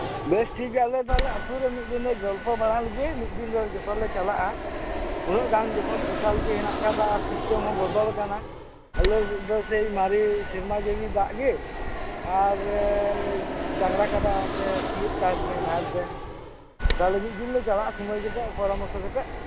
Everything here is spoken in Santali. ᱵᱮᱥ ᱴᱷᱤᱠ ᱜᱮᱭᱟ ᱟᱞᱮ ᱛᱟᱞᱦᱮ ᱟᱛᱩ ᱨᱮ ᱢᱤᱜᱫᱤᱱ ᱞᱮ ᱜᱚᱞᱯᱚ ᱵᱟᱲᱟ ᱞᱮᱜᱮ ᱢᱤᱜᱫᱤᱱ ᱫᱚ ᱡᱚᱛᱚ ᱞᱮ ᱪᱟᱞᱟᱜᱼᱟ ᱩᱱᱟᱹᱜ ᱜᱟᱱ ᱡᱚᱠᱷᱚᱱ ᱯᱷᱮᱥᱟᱞᱤᱴᱤ ᱢᱮᱱᱟᱜ ᱠᱟᱫᱟ ᱥᱤᱥᱴᱮᱢ ᱦᱚᱸ ᱵᱚᱫᱚᱞ ᱠᱟᱱᱟ ᱟᱞᱮ ᱫᱚ ᱥᱮᱭ ᱢᱟᱨᱮ ᱥᱮᱨᱢᱟ ᱡᱟᱲᱤ ᱫᱟᱜ ᱜᱮ ᱟᱨᱻ ᱰᱟᱝᱨᱟ ᱠᱟᱰᱟ ᱛᱮ ᱥᱤᱭᱳᱜ ᱪᱟᱥ ᱜᱮ ᱱᱟᱦᱮᱞ ᱛᱮ ᱛᱟᱦᱞᱮ ᱢᱤᱜᱫᱤᱱ ᱞᱮ ᱪᱟᱞᱟᱜᱼᱟ ᱥᱩᱢᱟᱹᱭ ᱠᱟᱛᱮᱜ ᱯᱚᱨᱟᱢᱚᱨᱥᱚ ᱠᱟᱛᱮᱜ